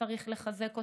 שצריך לחזק אותן.